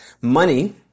Money